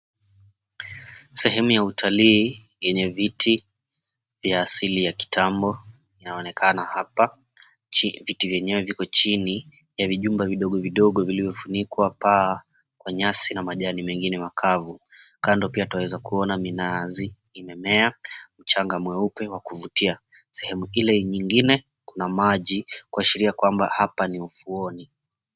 Sehemu ya utalii yenye viti vya asili ya kitambo inaonekana hapa. Viti vyenyewe viko chini ya vijumba vidogo vidogo vilivyofunikwa paa kwa nyasi na majani mengine makavu. Kando pia twaweza kuona minazi imemea, mchanga mweupe wa kuvutia. Sehemu ile nyingine kuna maji kuashiria kwamba hapa ni ufuoni.